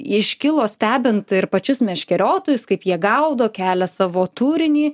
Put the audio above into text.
iškilo stebint ir pačius meškeriotojus kaip jie gaudo kelia savo turinį